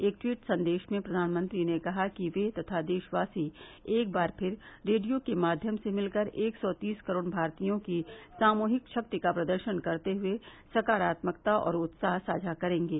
एक ट्वीट संदेश में प्रधानमंत्री ने कहा कि वे तथा देशवासी एक बार फिर रेडियो के माध्यम से मिलकर एक सौ तीस करोड़ भारतीयों की सामुहिक शक्ति का प्रदर्शन करते हुए सकारात्मकता और उत्साह साझा करेंगे